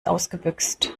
ausgebüxt